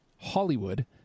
hollywood